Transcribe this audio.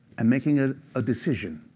and making a ah decision.